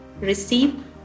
receive